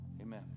amen